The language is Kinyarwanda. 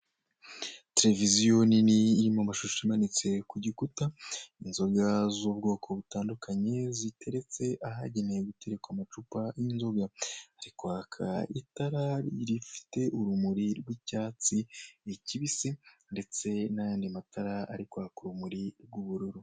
Televiziyo nini irimo amashusho imanitse ku gikuta, inzoga z'ubwoko butandukanye ziteretse ahagenewe guterekwa amacupa y'inzoga, hari kwaka itara rifite urumuri rw'icyatsi kibisi ndetse n'ayandi matara ari kwaka urumuri rw'ubururu.